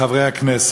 חברי הכנסת,